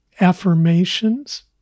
affirmations